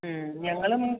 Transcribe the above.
ഉം ഞങ്ങളും